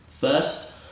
First